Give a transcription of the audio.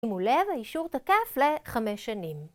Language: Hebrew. תשימו לב, האישור תקף לחמש שנים.